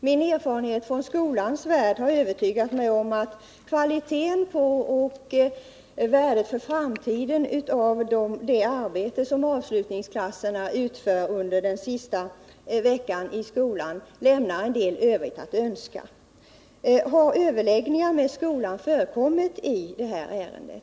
Min erfarenhet från skolans värld har övertygat mig om att kvaliteten på och värdet för framtiden av det arbete som avslutningsklasserna utför under den sista veckan i skolan lämnar en del övrigt att önska. Har överläggningar med skolan förekommit i det här ärendet?